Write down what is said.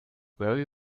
very